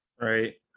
right